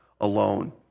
alone